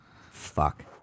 fuck